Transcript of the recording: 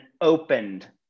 opened